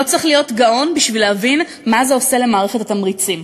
לא צריך להיות גאון בשביל להבין מה זה עושה למערכת התמריצים.